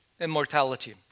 immortality